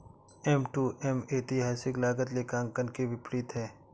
M to M ऐतिहासिक लागत लेखांकन के विपरीत है